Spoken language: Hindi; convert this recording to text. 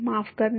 माफ़ करना